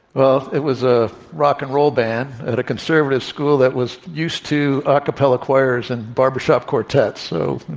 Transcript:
well, it was a rock and roll band at a conservative school that was used to acapela choirs and barbershop quartets. so,